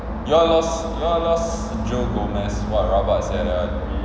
we all loss we all loss joe gomez !wah! rabak sia that [one]